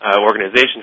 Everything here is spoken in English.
organization